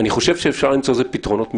אני חושב שאפשר למצוא לזה פתרונות מקצועיים,